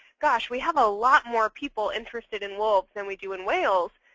gosh we have a lot more people interested in wolves than we do in whales.